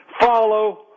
follow